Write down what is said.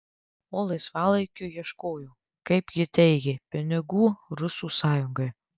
o laisvalaikiu ieškojo kaip ji teigė pinigų rusų sąjungai